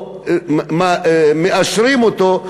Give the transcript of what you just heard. או מאשרים אותו,